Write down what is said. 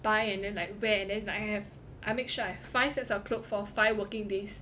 buy and then like wear and then I have I make sure I have five sets of clothes for five working days